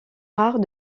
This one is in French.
rare